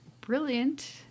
brilliant